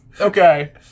Okay